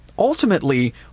ultimately